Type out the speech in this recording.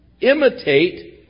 imitate